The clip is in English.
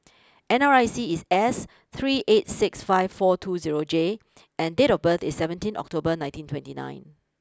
N R I C is S three eight six five four two zero J and date of birth is seventeen October nineteen twenty nine